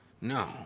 No